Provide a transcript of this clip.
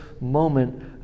moment